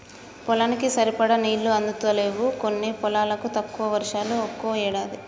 పొలానికి సరిపడా నీళ్లు అందుతలేవు కొన్ని పొలాలకు, తక్కువ వర్షాలు ఒక్కో ఏడాది